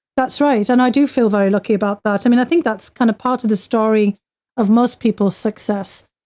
that's right. and i do feel very lucky about that. i mean, i think that's kind of part of the story of most people's success.